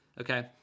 Okay